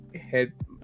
head